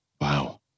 Wow